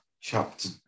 chapter